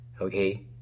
okay